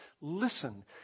Listen